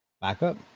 backup